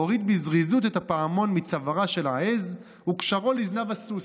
הוריד בזריזות את הפעמון מצווארה של העז וקשרו לזנב הסוס,